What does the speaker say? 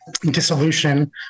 dissolution